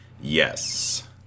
Yes